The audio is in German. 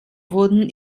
wurden